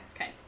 Okay